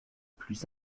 plus